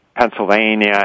Pennsylvania